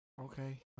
Okay